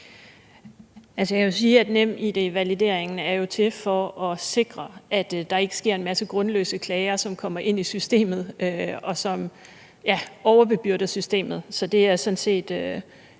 NemID-valideringen jo er til for at sikre, at der ikke kommer en masse grundløse klager ind i systemet og overbebyrder systemet,